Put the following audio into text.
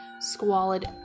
squalid